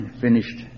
finished